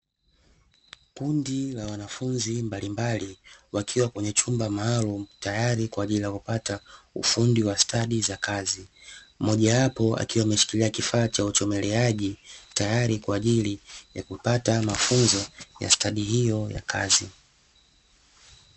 Kundi la wanafunzi mbalimbali wakiwa kwenye chumba maalumu tayari kwa ajili ya kupata ufundi wa stadi za kazi, mmoja wapo akiwa ameshikilia kifaa cha uchomeleaji tayari kwa ajili ya kupata mafunzo ya stadi hiyo ya kazi.